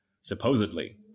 supposedly